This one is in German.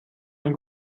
ein